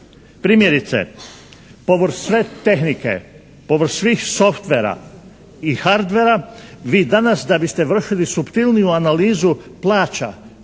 Primjerice, povrh sve tehnike, povrh svih software-a i hardware-a vi danas da biste vršili suptilniju analizu plaća